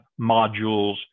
modules